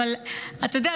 אתה יודע,